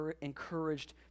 encouraged